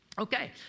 Okay